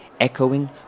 echoing